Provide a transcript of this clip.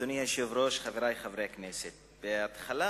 אדוני היושב-ראש, חברי חברי הכנסת, אני